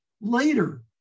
later